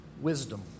wisdom